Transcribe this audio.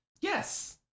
yes